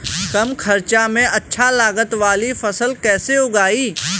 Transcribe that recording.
कम खर्चा में अच्छा लागत वाली फसल कैसे उगाई?